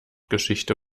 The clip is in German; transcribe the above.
geschichte